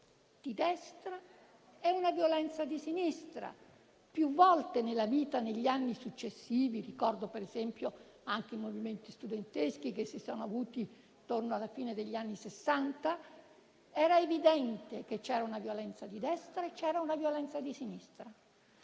di Destra e una violenza di Sinistra. Anche negli anni successivi, per esempio con i movimenti studenteschi che si sono avuti attorno alla fine degli anni Sessanta, era evidente che esisteva una violenza di Destra e una violenza di Sinistra.